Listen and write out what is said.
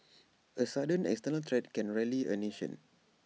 A sudden external threat can rally A nation